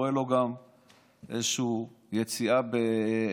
רואה גם איזושהי יציאה ממנו,